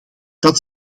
dat